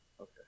Okay